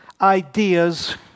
ideas